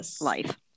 life